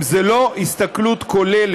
אם זו לא הסתכלות כוללת,